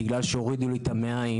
בגלל שהורידו לי את המעיים,